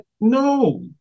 no